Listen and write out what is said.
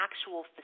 actual